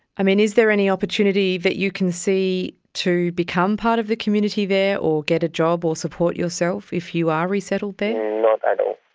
um and is there any opportunity that you can see to become part of the community there or get a job or support yourself if you are resettled there? not at all.